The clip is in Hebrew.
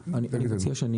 מנדלוביץ.